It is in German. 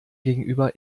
gegenüber